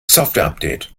softwareupdate